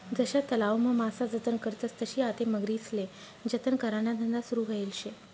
जशा तलावमा मासा जतन करतस तशी आते मगरीस्ले जतन कराना धंदा सुरू व्हयेल शे